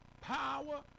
Power